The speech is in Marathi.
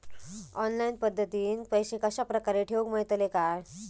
ऑनलाइन पद्धतीन पैसे कश्या प्रकारे ठेऊक मेळतले काय?